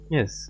Yes